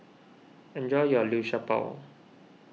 enjoy your Liu Sha Bao